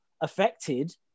affected